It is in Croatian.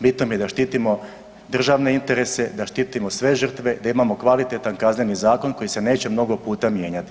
Bitno mi je da štitimo državne interese, da štitimo sve žrtve, da imamo kvalitetan Kazneni zakon koji se neće mnogo puta mijenjati.